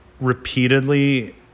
repeatedly